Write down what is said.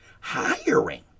hiring